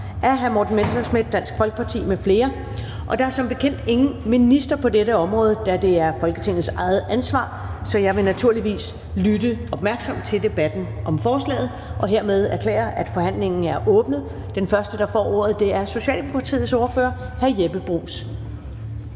Første næstformand (Karen Ellemann): Der er som bekendt ingen minister på dette område, da det er Folketingets eget ansvar, så jeg vil naturligvis lytte opmærksomt til debatten om forslaget. Jeg erklærer hermed, at forhandlingen er åbnet, og den første, der får ordet, er Socialdemokratiets ordfører hr. Jeppe Bruus.